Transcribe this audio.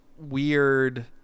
weird